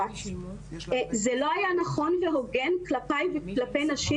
זה לא היה נכון והוגן כלפי וכלפי נשים